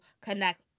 connect